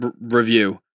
review